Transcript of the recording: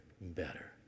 better